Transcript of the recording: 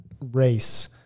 race